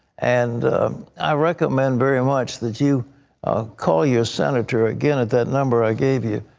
and i recommend very much that you call your senator, again at that number i gave you,